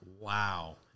wow